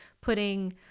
putting